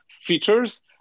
features